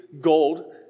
gold